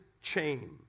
chain